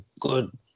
good